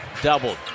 doubled